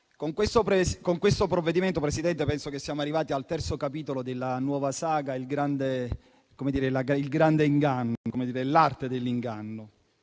con questo provvedimento penso che siamo arrivati al terzo capitolo della nuova saga, il grande inganno o l'arte dell'inganno.